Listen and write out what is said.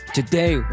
today